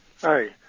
Hi